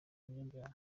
abanyabyaha